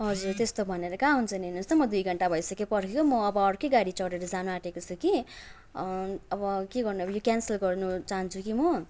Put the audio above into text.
हजुर त्यस्तो भनेर कहाँ हुन्छ नि हेर्नुहोस् त म दुई घन्टा भइसक्यो पर्खेको म अब अर्कै गाडी चढेर जान आँटेको छु कि अब के गर्नु अब यो क्यान्सल गर्नु चाहन्छु कि म